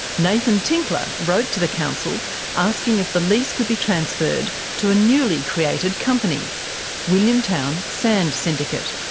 nathan tinkler wrote to the council asking if the lease could be transferred to a newly created company williamtown sand syndicate.